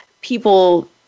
people